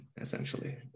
essentially